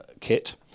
kit